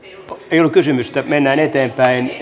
ei ollut kysymystä mennään eteenpäin